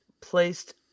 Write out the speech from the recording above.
placed